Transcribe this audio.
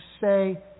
say